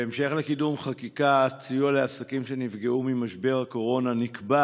בהמשך לקידום חקיקת סיוע לעסקים שנפגעו ממשבר הקורונה נקבע